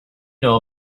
know